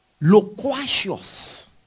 Loquacious